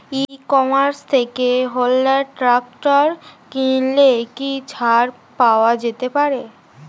ই commerce থেকে Honda tractor কিনলে কি ছাড় পাওয়া যেতে পারে?